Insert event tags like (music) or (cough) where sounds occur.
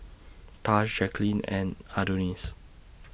Tahj Jacqueline and Adonis (noise)